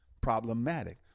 problematic